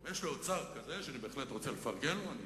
ויש לו עוד שר כזה שאני בהחלט רוצה לפרגן לו, אני